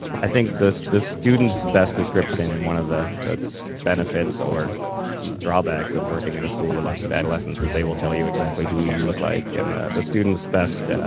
i think the students' best description, and one of the the benefits or drawbacks of working in a school with lots of adolescents is they will tell you exactly who you look like. and the the students' best